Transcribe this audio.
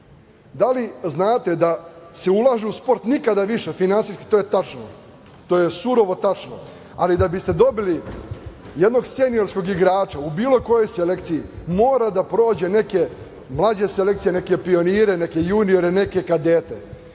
Da li znate da se ulaže u sport nikada više. Finansijski to je tačno. To je surovo tačno. Da biste dobili jednog seniorskog igrača u bilo kojoj selekciji mora da prođe neke mlađe selekcije, neke pionire, neke juniore, neke kadete.